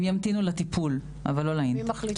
הם ימתינו לטיפול אבל לא לאינטייק.